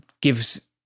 gives